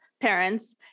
parents